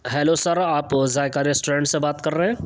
hello sir آپ Zaiqa restaurant سے بات کر رہے ہیں